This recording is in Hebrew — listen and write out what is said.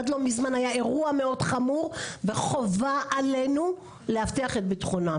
עד לא מזמן היה אירוע מאוד חמור וחובה עלינו להבטיח את ביטחונם,